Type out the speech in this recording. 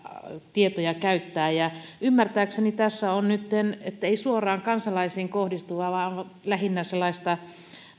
tietoja käyttää ymmärtääkseni tässä ei ole nytten suoraan kansalaisiin kohdistuvaa vaan lähinnä sellaista